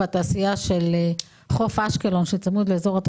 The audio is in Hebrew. המטרה היא לא לשלם לעסקים שסגרו לפני המבצע.